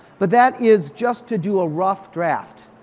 but that is just to do a rough draft.